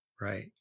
Right